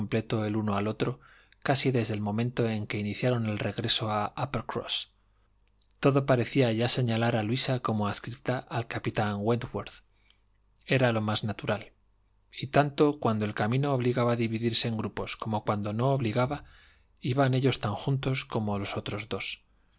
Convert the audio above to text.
el uno al otro casi desde el momento en que iniciaron el regreso a uppercross todo parecía ya señalar a luisa como adscripta al capitán wentworth era lo más natural y tanto cuando el camino obligaba a dividirse en grupos como cuando no obligaba iban ellos tan juntos como los otros dos